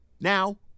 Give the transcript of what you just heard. Now